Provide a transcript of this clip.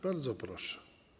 Bardzo proszę.